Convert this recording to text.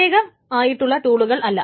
പ്രത്യേകം ആയിട്ടുള്ള ടൂളുകൾ അല്ല